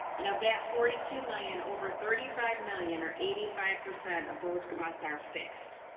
and of that forty two million over thirty five million or eighty five percent of those costs are fixed,